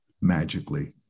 magically